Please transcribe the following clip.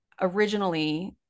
originally